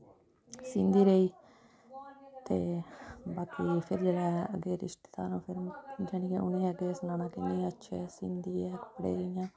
सींदी रेही ते बाकी फिर अग्गें जेह्ड़े रिश्तेदार जानि कि फिर उ'नेंगी अग्गें सनाना कि नेईं अच्छे सींदी ऐ कपड़े इ'यां